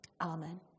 Amen